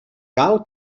cal